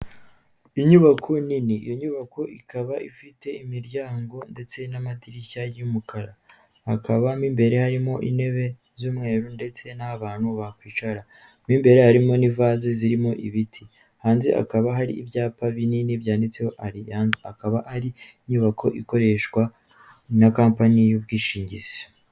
Inyubako nini iyo nyubako ikaba ifite imiryango ndetse n'amadirishya y'umukara hakabamo imbere harimo intebe z'umweru ndetse n'abantu bakwicara mo imbere hakaba harimo n'ivase zirimo ibiti, hanze hakaba hari ibyapa binini byanditseho andi, akaba ari inyubako ikoreshwa na kampani y'ubwishingizi.